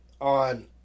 on